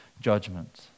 judgment